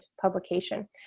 publication